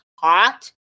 hot